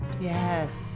Yes